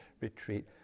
retreat